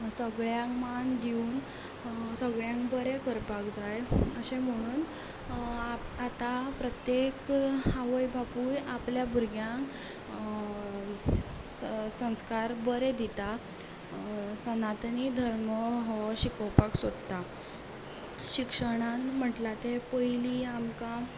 सगल्यांक मान दिवन सगल्यांक बरें करपाक जाय अशें म्हणून आतां प्रत्येक आवय बापूय आपल्या भुरग्यांक संस्कार बरे दिता सनातनी धर्म हो शिकोपाक सोदता शिक्षणान म्हटला तें पयलीं आमकां